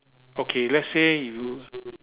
okay let's say you